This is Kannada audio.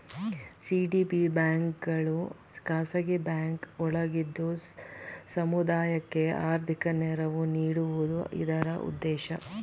ಸಿ.ಡಿ.ಬಿ ಬ್ಯಾಂಕ್ಗಳು ಖಾಸಗಿ ಬ್ಯಾಂಕ್ ಒಳಗಿದ್ದು ಸಮುದಾಯಕ್ಕೆ ಆರ್ಥಿಕ ನೆರವು ನೀಡುವುದು ಇದರ ಉದ್ದೇಶ